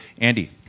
Andy